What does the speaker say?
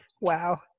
Wow